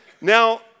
Now